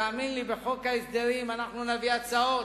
תאמין לי שבחוק ההסדרים אנחנו נביא הצעות: